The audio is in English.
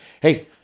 hey